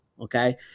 Okay